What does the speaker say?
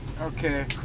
Okay